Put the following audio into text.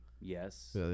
Yes